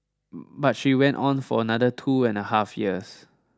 but she went on for another two and a half years